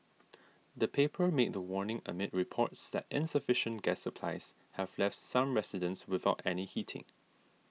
the paper made the warning amid reports that insufficient gas supplies have left some residents without any heating